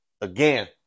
again